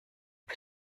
für